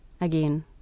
Again